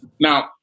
Now